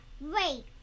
Wait